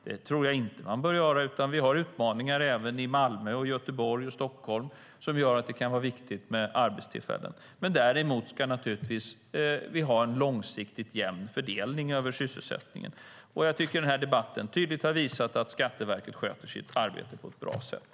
Det tror jag inte att man bör göra, för vi har utmaningar även i Malmö, Göteborg och Stockholm som gör att det kan vara viktigt med arbetstillfällen. Däremot ska vi naturligtvis ha en långsiktigt jämn fördelning av sysselsättningen. Jag tycker att den här debatten tydligt har visat att Skatteverket sköter sitt arbete på ett bra sätt.